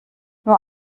nur